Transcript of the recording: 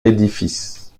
l’édifice